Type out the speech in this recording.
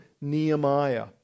Nehemiah